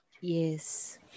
Yes